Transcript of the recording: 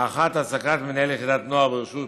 האחת, העסקת מנהל יחידת נוער ברשות